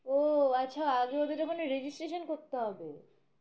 ও আচ্ছা আগে ওদের ওখানে রেজিস্ট্রেশন করতে হবে